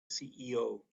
ceo